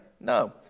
No